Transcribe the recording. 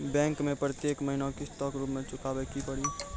Bank मैं प्रेतियेक महीना किस्तो के रूप मे चुकाबै के पड़ी?